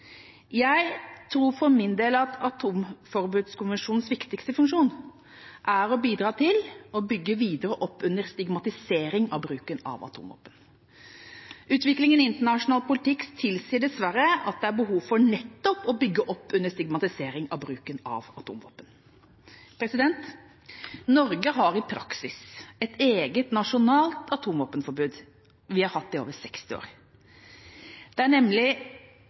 Jeg tror for min del at atomforbudskonvensjonens viktigste funksjon er å bidra til å bygge videre opp under stigmatisering av bruken av atomvåpen. Utviklingen i internasjonal politikk tilsier dessverre at det er behov for nettopp å bygge opp under stigmatisering av bruken av atomvåpen. Norge har i praksis et eget nasjonalt atomvåpenforbud, og vi har hatt det i over 60 år. Det er nemlig